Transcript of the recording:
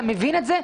אתה מבין את זה?